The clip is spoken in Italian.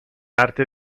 arte